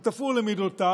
הוא תפור למידותיו.